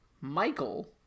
Michael